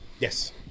Yes